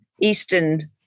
eastern